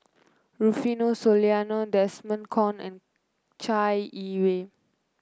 Rufino Soliano Desmond Kon and Chai Yee Wei